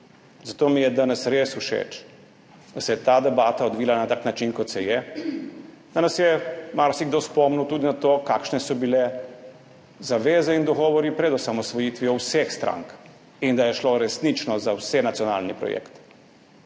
Zato mi je danes res všeč, da se je ta debata odvila na tak način, kot se je, da nas je marsikdo spomnil tudi na to, kakšne so bile zaveze in dogovori pred osamosvojitvijo vseh strank, in da je šlo resnično za vsenacionalni projekt.